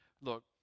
Look